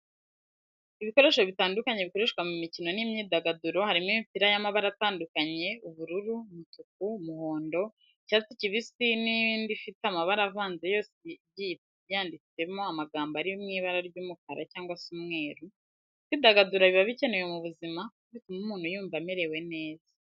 Ibikoresho bitandukanye bikoreshwa mu mikino n'imyidagaduro, harimo imipira y'amabara atandukanye ubururu, umutuku, umuhondo, icyatsi kibisi n'indi ifite amabara avanze yose igiye yanditseho amagambo ari mw'ibara ry'umukara cyangwa se umweru, kwidagadura biba bikenewe mu buzima kuko bituma umuntu yumva amerewe neza